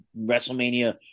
wrestlemania